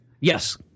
Yes